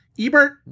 Ebert